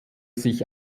sich